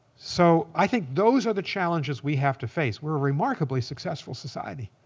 so i think those are the challenges we have to face. we're a remarkably successful society.